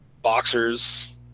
boxers